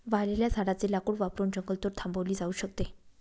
वाळलेल्या झाडाचे लाकूड वापरून जंगलतोड थांबवली जाऊ शकते